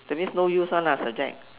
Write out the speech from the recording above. that means no use one ah subject